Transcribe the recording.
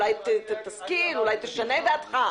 אולי תשנה את דעתך?